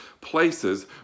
places